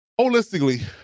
holistically